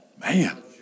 Man